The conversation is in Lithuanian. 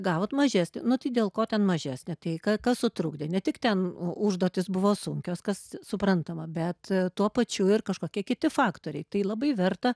gavot mažesnį nu tai dėl ko ten mažesnį tai ką kas sutrukdė ne tik ten užduotys buvo sunkios kas suprantama bet tuo pačiu ir kažkokie kiti faktoriai tai labai verta